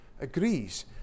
agrees